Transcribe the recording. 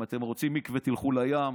אם אתם רוצים מקווה, תלכו לים.